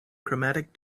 chromatic